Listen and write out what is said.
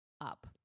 up